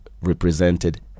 represented